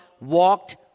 walked